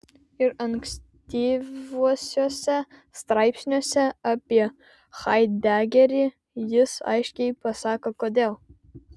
ir ankstyvuosiuose straipsniuose apie haidegerį jis aiškiai pasako kodėl